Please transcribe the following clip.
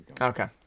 okay